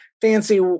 fancy